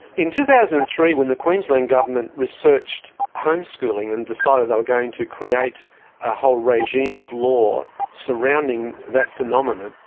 in two thousand and three, when the queensland government researched homeschooling and decided they were going to create a whole regime of law surrounding that phenomenon,